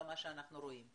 לא מה שאנחנו רואים.